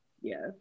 Yes